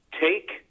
take